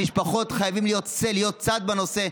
המשפחות חייבות להיות צד בנושא.